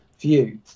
view